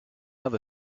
have